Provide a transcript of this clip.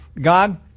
God